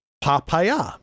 Papaya